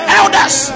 elders